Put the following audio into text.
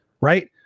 right